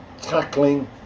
tackling